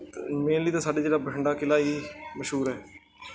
mainly ਤਾਂ ਸਾਡੇ ਜਿਹੜਾ ਬਠਿੰਡਾ ਕਿਲ੍ਹਾ ਹੀ ਮਸ਼ਹੂਰ ਹੈ